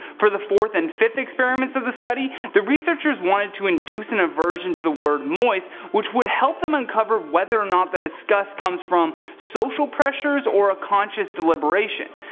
for the fourth and fifth experiments of the study, the researchers wanted to induce an aversion to the word moist which would help them uncover whether or not the disgust comes from social pressure or a conscious deliberation.